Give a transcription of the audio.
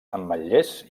ametllers